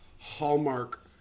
Hallmark